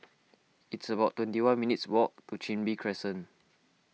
it's about twenty one minutes' walk to Chin Bee Crescent